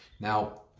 Now